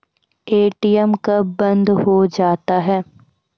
ATM कब बंद हो जाता हैं?